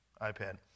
iPad